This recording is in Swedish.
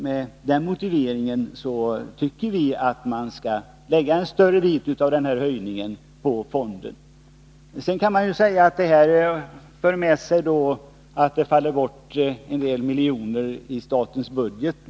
Med den motiveringen tycker vi att man skall lägga en större del av denna höjning på fonden. Sedan kan man givetvis säga att det för med sig att det faller bort en del miljoner i statsbudgeten.